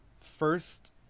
first